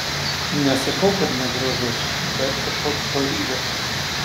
nesakau kad negražus bet kažkoks baryga